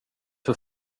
för